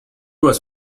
was